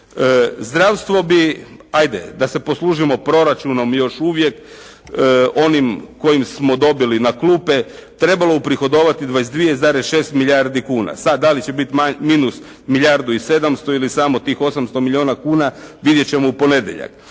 Zdravstvo bi, ajde da se poslužimo proračunom još uvijek onim kojim smo dobili na klupe, trebalo uprihodovati 22,6 milijardi kuna. Sada, da li će biti minus milijardu i 700 ili samo tih 800 milijuna kuna, vidjeti ćemo u ponedjeljak.